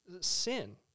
sin